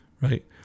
right